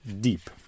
deep